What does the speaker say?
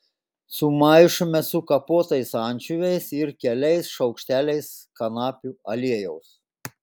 sumaišome su kapotais ančiuviais ir keliais šaukšteliais kanapių aliejaus